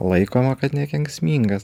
laikoma kad nekenksmingas